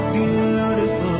beautiful